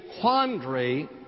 quandary